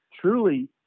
truly